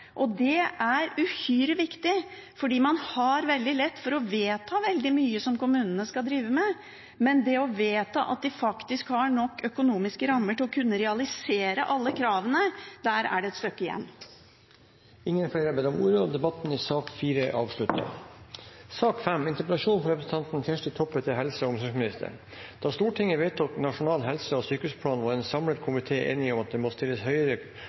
Det er uhyre viktig, for man har veldig lett for å vedta veldig mye som kommunene skal drive med. Men til det å vedta at de faktisk har gode nok økonomiske rammer til å kunne realisere alle kravene, er det et stykke igjen. Flere har ikke bedt om ordet til sak nr. 4. Da Stortinget vedtok Nasjonal helse- og sjukehusplan, var ein samla komité einig om at det må stillast høgare og nye krav til leiing i framtidas helseteneste. Stortinget vedtok